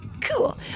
cool